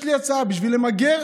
יש לי הצעה בשביל למגר